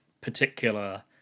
particular